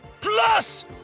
Plus